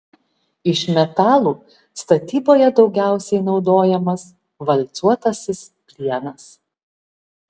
iš metalų statyboje daugiausiai naudojamas valcuotasis plienas